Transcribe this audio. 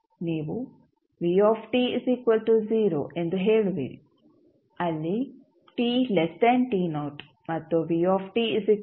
ನೀವು ಎಂದು ಹೇಳುವಿರಿ ಅಲ್ಲಿ ಮತ್ತು ಅಲ್ಲಿ